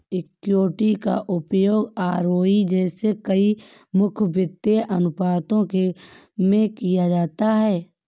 equity का उपयोग ROE जैसे कई प्रमुख वित्तीय अनुपातों में किया जाता है